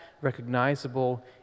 recognizable